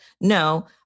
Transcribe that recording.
No